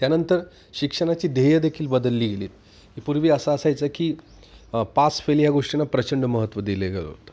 त्यानंतर शिक्षणाची ध्येयदेखील बदलली गेली आहेत की पूर्वी असं असायचं की पास फेल ह्या गोष्टींना प्रचंड महत्त्व दिले गेलं होतं